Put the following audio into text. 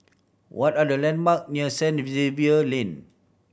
what are the landmark near Saint Xavier Lane